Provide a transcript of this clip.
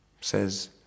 says